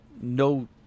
no